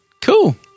cool